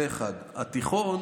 זה, 1. התיכון,